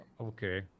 Okay